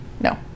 no